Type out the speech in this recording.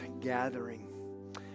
gathering